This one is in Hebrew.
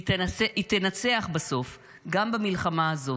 היא תנצח בסוף גם במלחמה הזאת.